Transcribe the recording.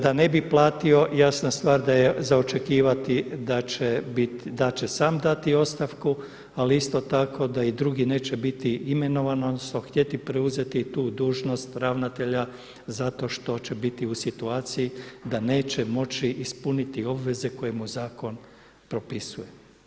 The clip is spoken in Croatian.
Da ne bi platio jasna stvar jasna stvar je za očekivat da će sam dati ostavku, ali isto tako da i drugi neće biti imenovan odnosno htjeti preuzeti tu dužnost ravnatelja zato što će biti u situaciji da neće moći ispuniti obveze koje mu zakon propisuje.